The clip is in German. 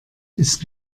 ist